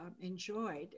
enjoyed